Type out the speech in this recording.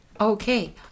Okay